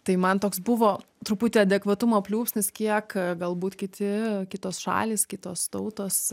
tai man toks buvo truputį adekvatumo pliūpsnis kiek galbūt kiti kitos šalys kitos tautos